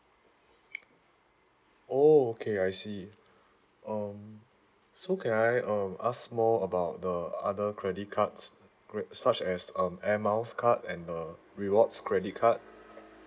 oh okay I see um so can I um ask more about the other credit cards cre~ such as um air miles card and the rewards credit card